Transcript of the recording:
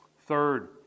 Third